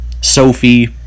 Sophie